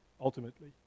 ultimately